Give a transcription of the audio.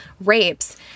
rapes